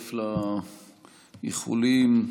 מצטרף לאיחולים.